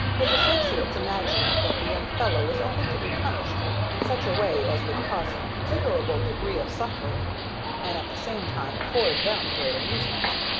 his associates imagined that the young fellow was only to be punished in such a way as would cause him a considerable degree of suffering and at the same time afford them great amusement.